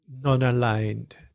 non-aligned